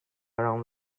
around